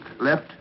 left